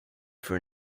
for